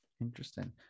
Interesting